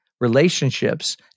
relationships